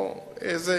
או איזה,